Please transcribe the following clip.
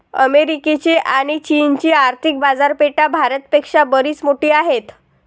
अमेरिकेची आणी चीनची आर्थिक बाजारपेठा भारत पेक्षा बरीच मोठी आहेत